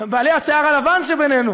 בעלי השיער הלבן שבינינו